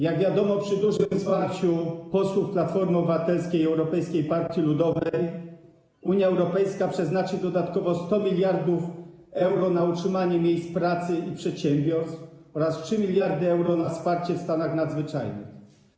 Jak wiadomo, przy dużym wsparciu posłów Platformy Obywatelskiej i Europejskiej Partii Ludowej Unia Europejska przeznaczy dodatkowo 100 mld euro na utrzymanie miejsc pracy i przedsiębiorstw oraz 3 mld euro na wsparcie w stanach nadzwyczajnych.